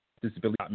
disability